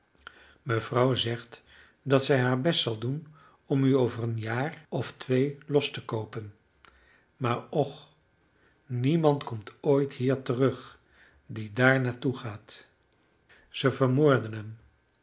mevrouw zegt dat zij haar best zal doen om u over een jaar of twee los te koopen maar och niemand komt ooit hier terug die daar naar toegaat zij vermoorden